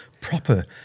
proper